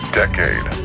decade